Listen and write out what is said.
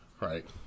right